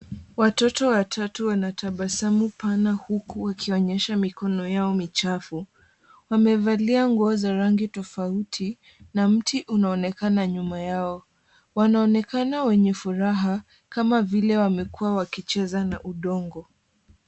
Watoto watu wana tabasamu pana huku wakionyesha mikono yao michafu. Wamevalia nguo za rangi tofauti, na mti unaonekana nyuma yao. Wanaonekana wenye faraha kama vile wamekuwa wakicheza na udongo.